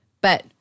but-